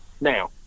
now